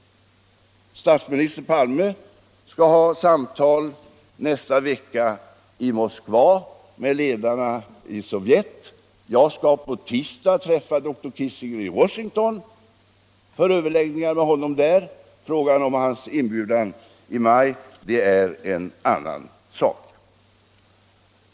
Statsminister Palme skall nästa vecka i Moskva ha samtal med ledarna i Sovjet. Jag skall på tisdag träffa dr Kissinger i Washington för överläggningar. Frågan om hans besök här i maj är en annan sak.